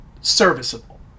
serviceable